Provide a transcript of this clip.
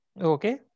Okay